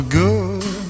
good